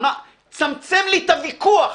צמצם לי את הוויכוח.